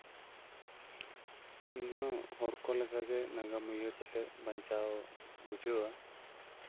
ᱤᱧᱦᱚᱸ ᱦᱚᱲᱠᱚ ᱞᱮᱠᱟᱜᱮ ᱱᱟᱜᱟᱢ ᱩᱭᱦᱟᱹᱨ ᱠᱟᱛᱮᱜ ᱵᱟᱧᱪᱟᱣ ᱵᱩᱡᱷᱟᱹᱣᱟ